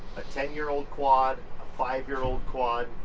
a ten year old quad, five year old quad,